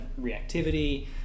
reactivity